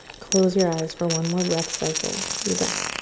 close your eyes for one more breath cycle. you got it.